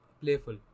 Playful